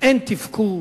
אין תפקוד,